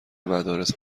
مدارس